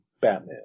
Batman